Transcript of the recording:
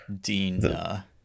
Dina